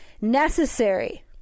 necessary